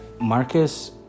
Marcus